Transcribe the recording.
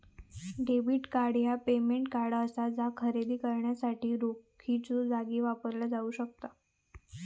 debit card ह्या payment card असा जा खरेदी करण्यासाठी रोखीच्यो जागी वापरला जाऊ शकता